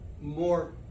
more